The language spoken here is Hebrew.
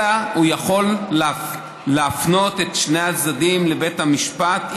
אלא הוא יכול להפנות את שני הצדדים לבית המשפט,